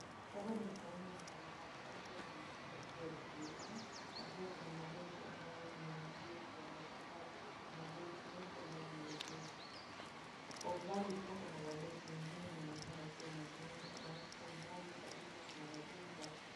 Hapa ni ufuoni mwa bahari. Anga inaonekana ikiwa tulivu, na pia kuna maboti ambayo yameegeshwa, maboti mengi ambayo yameegeshwa. Kwa umbali pia kuna maboti mengine yanaonekana yakiwa majini na huko mbali kabisa kuna majumba.